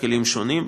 בכלים שונים,